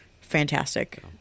fantastic